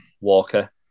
Walker